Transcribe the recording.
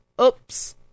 Oops